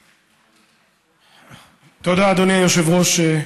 תודה, אדוני היושב-ראש.